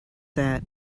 that